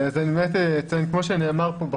כמו שנאמר כאן,